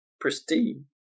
Pristine